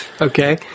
Okay